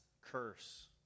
curse